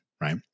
right